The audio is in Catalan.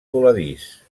voladís